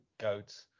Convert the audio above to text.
goats